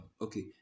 okay